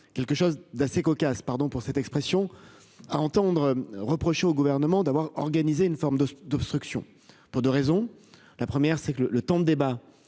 quelque chose d'assez cocasse, pardon pour cette expression à entendre reprocher au gouvernement d'avoir organisé une forme de d'obstruction pour 2 raisons, la première c'est que le, le temps de débat